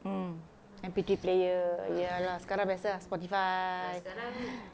mm M_P three player ya lah sekarang biasa lah Spotify